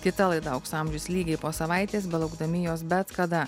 kita laida aukso amžius lygiai po savaitės belaukdami jos bet kada